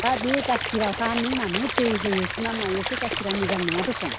दा बे गाइखेरावहाय नों मानो दै होयोसो ना मायोसो गाइखेरा मोजां नङा दखन